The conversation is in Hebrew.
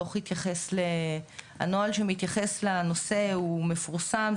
הדו"ח התייחס לנוהל שמתייחס לנושא הוא מפורסם,